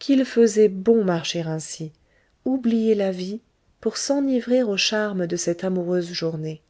qu'il faisait bon marcher ainsi oublier la vie pour s'enivrer aux charmes de cette amoureuse journée